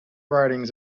writings